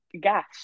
gas